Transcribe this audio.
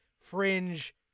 fringe